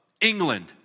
England